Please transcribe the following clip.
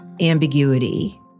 ambiguity